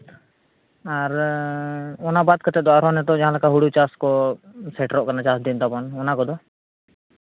ᱟᱨ ᱚᱱᱟ ᱵᱟᱫᱽ ᱠᱟᱛᱮᱫ ᱫᱚ ᱟᱨᱦᱚᱸ ᱡᱟᱦᱟᱸ ᱞᱮᱠᱟ ᱱᱤᱛᱚᱜ ᱦᱩᱲᱩ ᱪᱟᱥ ᱠᱚ ᱥᱮᱴᱮᱨᱚᱜ ᱠᱟᱱᱟ ᱪᱟᱥ ᱫᱤᱱ ᱛᱟᱵᱚᱱ ᱚᱱᱟ ᱠᱚᱫᱚ